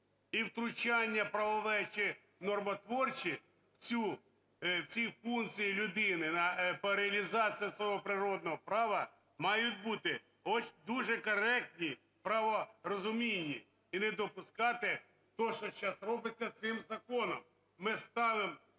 і втручання правове чи нормотворче в ці функції людини по реалізації свого природного права мають бути дуже коректні в праворозумінні, і не допускати то, що сейчас робиться цим законом. Ми ставимо